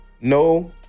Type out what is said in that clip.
no